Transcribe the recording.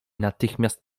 natychmiast